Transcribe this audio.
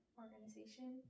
organization